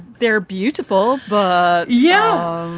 they're beautiful. but yeah.